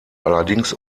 allerdings